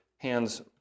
hands